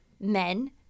men